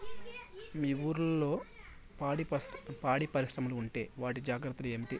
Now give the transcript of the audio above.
మీ ఊర్లలో పాడి పరిశ్రమలు ఉంటే వాటి జాగ్రత్తలు ఏమిటి